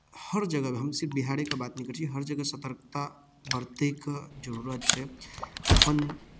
हर जगह हम सिर्फ बिहारेके बात नहि करै छी हर जगह सतर्तकता बरतैके जरूरत छै अपन